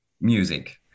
music